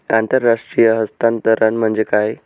आंतरराष्ट्रीय हस्तांतरण म्हणजे काय?